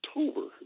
October